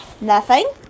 Nothing